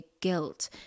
guilt